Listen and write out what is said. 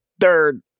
third